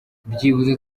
byibuze